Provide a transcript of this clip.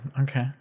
okay